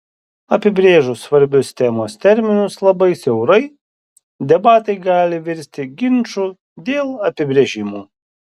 apibrėžus svarbius temos terminus labai siaurai debatai gali virsti ginču dėl apibrėžimų